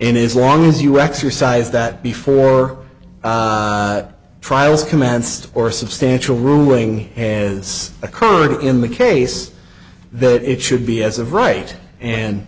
in is long as you exercise that before trial is commenced or a substantial ruling has occurred in the case that it should be as of right and